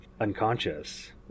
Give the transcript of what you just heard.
unconscious